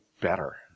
better